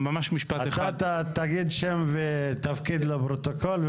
שם ותפקיד לפרוטוקול.